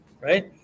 right